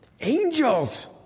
Angels